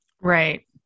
Right